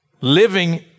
living